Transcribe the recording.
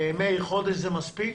מאיר שפיגלר, חודש זה מספיק?